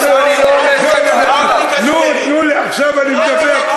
תנו לי, עכשיו אני מדבר.